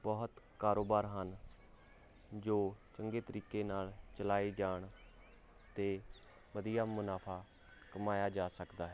ਬਹੁਤ ਕਾਰੋਬਾਰ ਹਨ ਜੋ ਚੰਗੇ ਤਰੀਕੇ ਨਾਲ ਚਲਾਏ ਜਾਣ 'ਤੇ ਵਧੀਆ ਮੁਨਾਫਾ ਕਮਾਇਆ ਜਾ ਸਕਦਾ ਹੈ